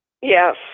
Yes